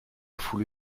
foule